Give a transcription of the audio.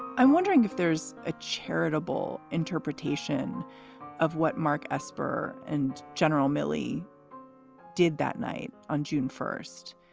i'm wondering if there's a charitable interpretation of what mark esper and general milley did that night on june first.